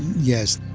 yes.